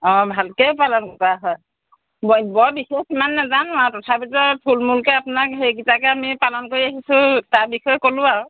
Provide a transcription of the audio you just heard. অঁ ভালকৈয়ে পালন কৰা হয় মই বৰ বিশেষ ইমান নাজানো আৰু তথাপিতো আৰু থূলমূলকৈ আপোনাৰ সেইকেইটাকে আমি পালন কৰি আহিছোঁ তাৰবিষয়ে ক'লোঁ আৰু